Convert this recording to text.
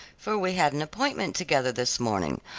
for we had an appointment together this morning,